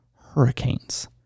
hurricanes